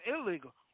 illegal